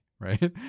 right